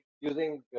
using